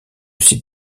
site